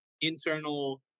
internal